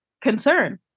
concern